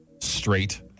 Straight